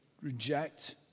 reject